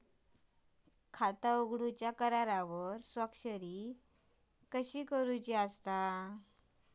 खाता उघडूच्या करारावर स्वाक्षरी कशी करूची हा?